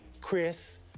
chris